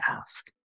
ask